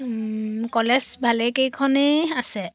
college ভালেকেইখনেই আছে